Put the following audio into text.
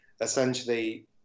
Essentially